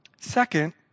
Second